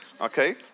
okay